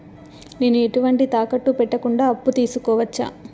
నేను ఎటువంటి తాకట్టు పెట్టకుండా అప్పు తీసుకోవచ్చా?